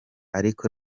ariko